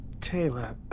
Taylor